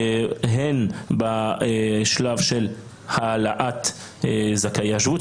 הן בשלב של העלאת זכאי השבות,